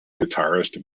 guitarist